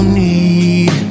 need